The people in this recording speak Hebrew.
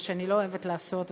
מה שאני לא אוהבת לעשות,